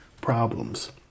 problems